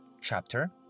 chapter